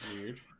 weird